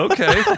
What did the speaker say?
Okay